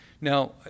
Now